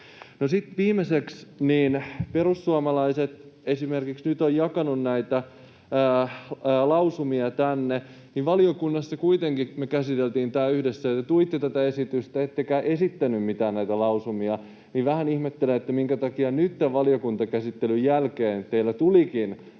viimeiseksi: Perussuomalaiset esimerkiksi ovat nyt jakaneet näitä lausumia tänne, mutta valiokunnassa kuitenkin käsiteltiin tämä yhdessä ja te tuitte tätä esitystä ettekä esittäneet mitään näistä lausumista. Vähän ihmettelen, minkä takia nytten, valiokuntakäsittelyn jälkeen, teillä tulikin